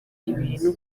ibintu